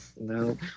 No